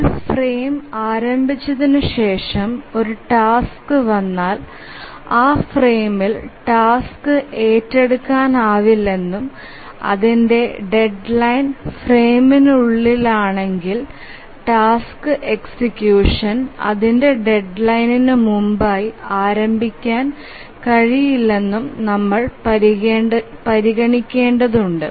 ഒരു ഫ്രെയിം ആരംഭിച്ചതിനുശേഷം ഒരു ടാസ്ക് വന്നാൽ ആ ഫ്രെയിമിൽ ടാസ്ക് ഏറ്റെടുക്കാനാവില്ലെന്നും അതിന്റെ ഡെഡ്ലൈൻ ഫ്രെയിമിനുള്ളിലാണെങ്കിൽ ടാസ്ക് എക്സിക്യൂഷൻ അതിന്റെ ഡെഡ്ലൈനിനു മുമ്പായി ആരംഭിക്കാൻ കഴിയില്ലെന്നും നമ്മൾ പരിഗണിക്കേണ്ടതുണ്ട്